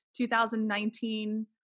2019